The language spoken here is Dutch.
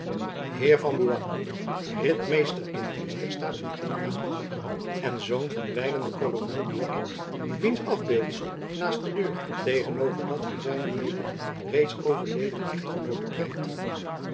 van buat ritmeester in dienst der staten-generaal en zoon van wijlen den kolonel buat wiens afbeeldsel naast de deur tegen over dat van zijne mede reeds overleden echtgenoote prijkte